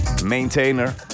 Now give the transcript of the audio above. maintainer